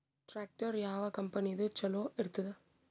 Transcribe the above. Tractor ಯಾವ ಕಂಪನಿದು ಚಲೋ ಇರತದ?